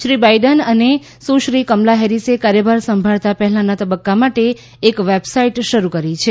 Shri Biden અને સુશ્રી કમલા હેરીસે કાર્યભાર સંભાળતા પહેલાના તબક્કા માટે એક વેબસાઇટ શરૂ કરી છે